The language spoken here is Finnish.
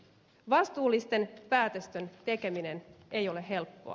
vastuullisten päätösten tekeminen ei ole helppoa